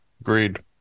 agreed